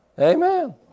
Amen